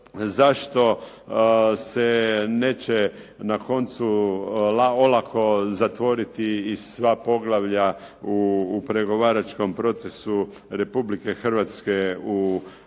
zašto se neće na koncu olako zatvoriti i sva poglavlja u pregovaračkom procesu Republike Hrvatske u Europskoj